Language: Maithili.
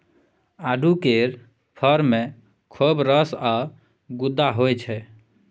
आड़ू केर फर मे खौब रस आ गुद्दा होइ छै